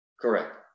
correct